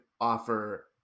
offer